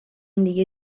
دیگه